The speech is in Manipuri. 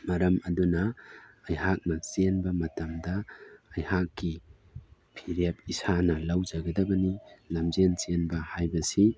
ꯃꯔꯝ ꯑꯗꯨꯅ ꯑꯩꯍꯥꯛꯅ ꯆꯦꯟꯕ ꯃꯇꯝꯗ ꯑꯩꯍꯥꯛꯀꯤ ꯐꯤꯔꯦꯞ ꯏꯁꯥꯅ ꯂꯧꯖꯒꯗꯕꯅꯤ ꯂꯝꯖꯦꯟ ꯆꯦꯟꯕ ꯍꯥꯏꯕꯁꯤ